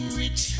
rich